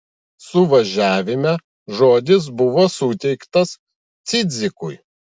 suvažiavime žodis buvo suteiktas cidzikui